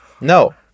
No